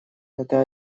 это